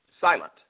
silent